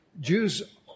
Jews